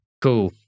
Cool